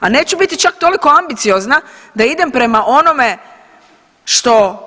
A neću biti čak toliko ambiciozna da idem prema onome što